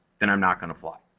then i'm not gonna fly.